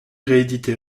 réédité